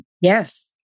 Yes